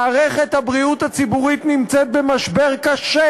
מערכת הבריאות הציבורית נמצאת במשבר קשה,